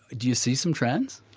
do you see some trends?